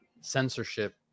censorship